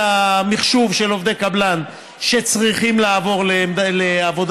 המחשוב של עובדי קבלן שצריכים לעבור למעסיק,